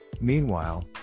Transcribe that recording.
Meanwhile